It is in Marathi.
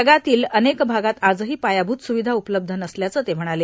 जगातल्या अनेक भागात आजही पायाभूत सुविधा उपलब्ध नसल्याचं ते म्हणाले